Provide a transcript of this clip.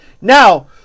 Now